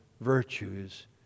virtues